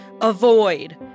Avoid